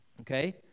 okay